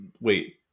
Wait